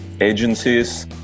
agencies